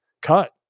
cut